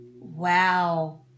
wow